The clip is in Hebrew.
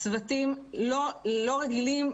הצוותים לא רגילים,